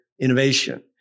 innovation